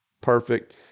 perfect